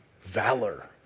valor